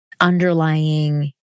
underlying